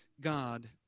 God